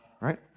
Right